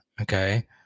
okay